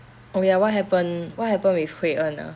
oh ya what happened what happened with hui en ah